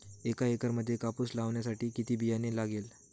एका एकरामध्ये कापूस लावण्यासाठी किती बियाणे लागेल?